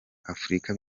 afurika